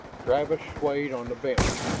travis swayed on the bench.